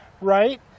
right